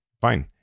fine